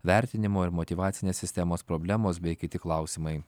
vertinimo ir motyvacinės sistemos problemos bei kiti klausimai